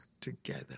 together